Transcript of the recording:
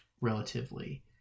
relatively